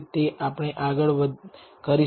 તે આપણે આગળ કરીશું